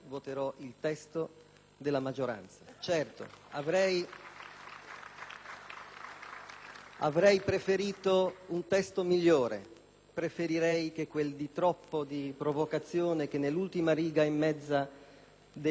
avrei preferito un testo migliore. Preferirei che quel di troppo di provocazione che è nell'ultima riga e mezza della premessa venisse tolto, ma tant'é, in quel dispositivo c'è il mio pensiero,